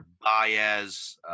Baez